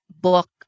book